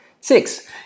Six